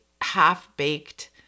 half-baked